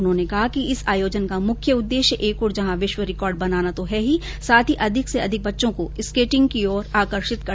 उन्होंने कहा कि इस आयोजन का मुख्य उद्देश्य एक और जहां विश्व रिकार्ड बनाना तो है ही साथ ही अधिक से अधिक बच्चों को स्केटिंग की ओर आकर्षित करना भी हैं